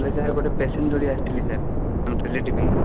ହେଲେ ସାର୍ ଗୋଟେ ପେସେଣ୍ଟ ଧରି ଆସିଥିଲି ସାର୍ ଆମ ରିଲେଟିଭ୍